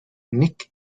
nick